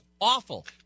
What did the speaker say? awful